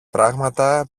πράγματα